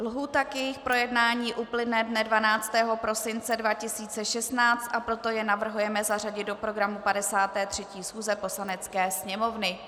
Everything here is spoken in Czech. Lhůta k jejich projednání uplyne dne 12. prosince 2016, a proto je navrhujeme zařadit do programu 53. schůze Poslanecké sněmovny.